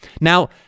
Now